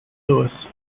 lewis